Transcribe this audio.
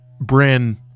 Bryn